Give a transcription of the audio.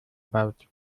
baut